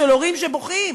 של הורים שבוכים.